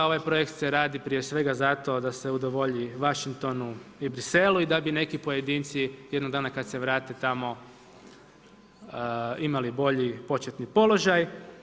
Ovaj projekt se radi prije svega zato da se udovolji Washingtonu i Bruxellesu i da bi neki pojedinci jednog dana kad se vrate tamo imali bolji početni položaj.